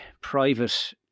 private